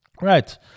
Right